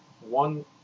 one